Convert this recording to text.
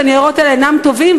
הניירות האלה אינם טובים,